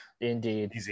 Indeed